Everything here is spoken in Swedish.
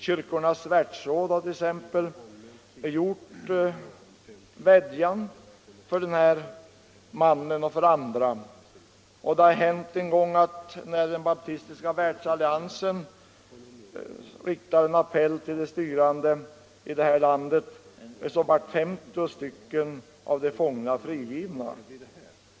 Kyrkornas världsråd har t.ex. gjort en vädjan för den här mannen liksom för andra, och det har hänt en gång, när den baptistiska världsalliansen riktade en appell till de styrande i det här landet, att 50 av de fångna blev frigivna.